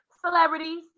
celebrities